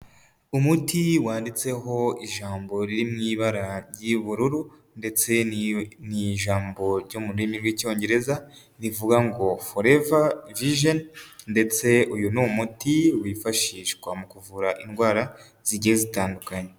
Umuti wanditseho ijambo riri mu ibara ry'ubururu ndetse ni ijambo ryo mu rurimi rw'icyongereza, rivuga ngo ''Forever Vision''. Ndetse uyu ni umuti wifashishwa mu kuvura indwara zigiye zitandukanye.